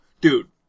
Dude